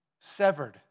severed